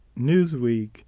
Newsweek